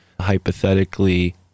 hypothetically